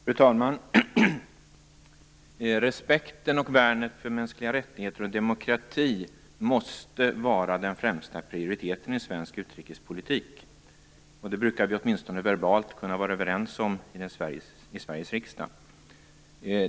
Fru talman! Respekten och värnet för mänskliga rättigheter och demokrati måste vara den främsta prioriteten i svensk utrikespolitik. Det brukar vi åtminstone verbalt vara överens om i Sveriges riksdag.